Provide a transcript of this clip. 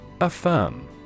Affirm